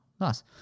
Nice